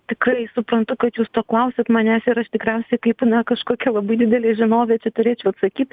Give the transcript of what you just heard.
tikrai suprantu kad jūs to klausiat manęs ir aš tikriausiai kaip na kažkokia labai didelė žinovė čia turėčiau atsakyt